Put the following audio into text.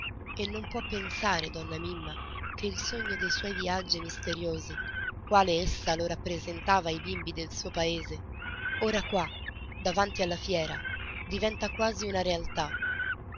e non può pensare donna mimma che il sogno de suoi viaggi misteriosi quale essa lo rappresentava ai bimbi del suo paese ora qua davanti alla fiera diventa quasi una realtà